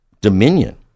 dominion